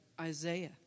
Isaiah